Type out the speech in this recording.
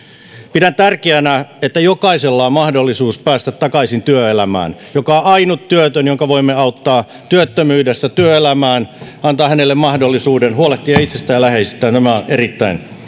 pidän tärkeänä että jokaisella on mahdollisuus päästä takaisin työelämään joka ainut työtön jonka voimme auttaa työttömyydestä työelämään se antaa mahdollisuuden huolehtia itsestään ja läheisistään tämä on erittäin